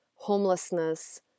homelessness